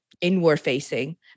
inward-facing